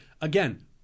again